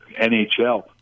NHL